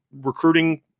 recruiting